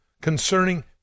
concerning